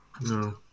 No